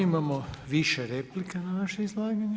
Imamo više replika na vaše izlaganje.